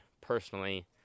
personally